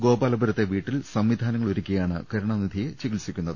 ഗോപാലപുരത്തെ വീട്ടിൽ സംവിധാനങ്ങളൊരുക്കിയാണ് കരുണാനിധിയെ ചികിത്സിക്കുന്നത്